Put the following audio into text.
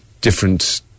different